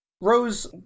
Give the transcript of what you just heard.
Rose